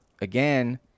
Again